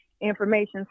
information